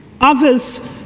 Others